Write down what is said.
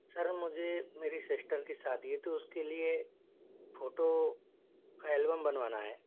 sir मुझे मेरी sister की शादी है तो उसके लिए फोटो का एल्बम बनवाना है